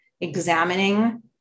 examining